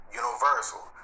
universal